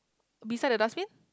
beside the dustbin